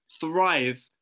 thrive